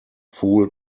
fool